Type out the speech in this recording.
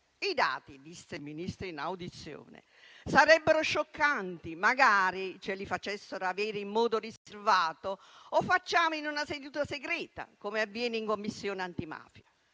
I dati - disse il Ministro in audizione - sarebbero scioccanti; magari ce li facessero avere in modo riservato, o in una seduta segreta, come avviene in Commissione antimafia.